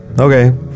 okay